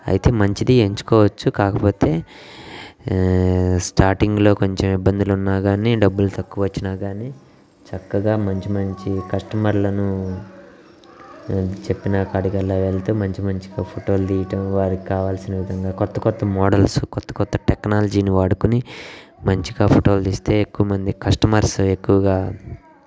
అయితే మంచిది ఎంచుకోవచ్చు కాకపోతే స్టార్టింగ్లో కొంచెం ఇబ్బందులు ఉన్నా కానీ డబ్బులు తక్కువ వచ్చినా కానీ చక్కగా మంచి మంచి కస్టమర్లను చెప్పిన కాడికల్లా వెళితే మంచి మంచి ఫోటోలు తీయటం వారికి కావాల్సిన విధంగా కొత్త కొత్త మోడల్స్ కొత్త కొత్త టెక్నాలజీని వాడుకుని మంచిగా ఫోటోలు తీస్తే ఎక్కువ మంది కస్టమర్స్ ఎక్కువగా